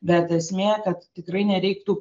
bet esmė kad tikrai nereiktų